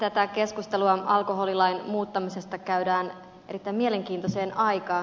tätä keskustelua alkoholilain muuttamisesta käydään erittäin mielenkiintoiseen aikaan